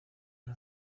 una